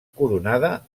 coronada